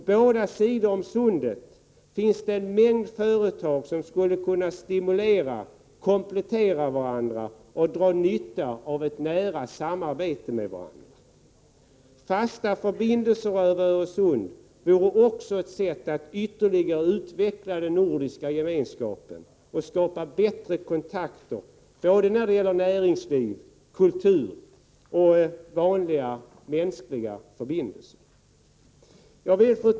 På båda sidor av sundet finns det en mängd företag som skulle kunna stimulera och komplettera varandra och som även skulle kunna dra nytta av ett nära samarbete. Fasta förbindelser över Öresund skulle också innebära att den nordiska gemenskapen ytterligare utvecklades. Bättre kontakter skulle skapas när det gäller såväl näringsliv och kultur som vanliga mänskliga förbindelser. Fru talman!